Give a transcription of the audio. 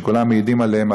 שכולם מעידים עליהם,